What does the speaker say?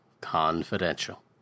Confidential